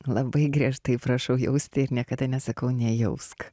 labai griežtai prašau jausti ir niekada nesakau nejausk